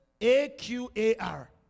A-Q-A-R